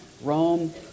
Rome